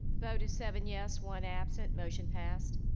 vote is seven yes, one absent, motion passed.